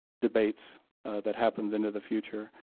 debates that happens into the future.